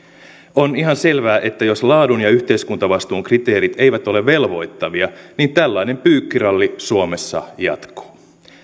on ihan selvää että jos laadun ja yhteiskuntavastuun kriteerit eivät ole velvoittavia niin tällainen pyykkiralli suomessa jatkuu